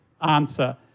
answer